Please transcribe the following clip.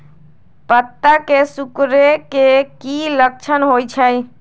पत्ता के सिकुड़े के की लक्षण होइ छइ?